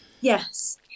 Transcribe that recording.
Yes